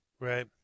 Right